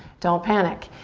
don't panic.